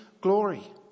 glory